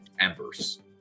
embers